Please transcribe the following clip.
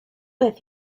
with